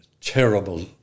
Terrible